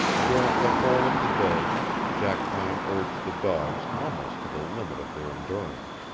during the whole of the day jackpine urged the dogs almost to the limit of their endurance,